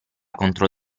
contro